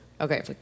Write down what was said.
Okay